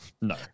No